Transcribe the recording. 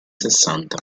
sessanta